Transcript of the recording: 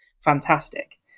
Fantastic